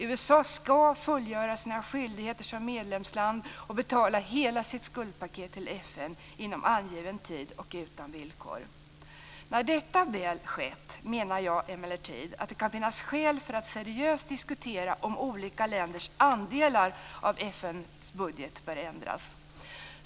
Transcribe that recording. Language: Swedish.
USA ska fullgöra sina skyldigheter som medlemsland och betala hela sitt skuldpaket till FN inom anvigen tid och utan villkor. När detta väl skett menar jag emellertid att det kan finnas skäl för att seriöst diskutera om olika länders andelar av FN-budgeten bör ändras.